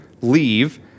leave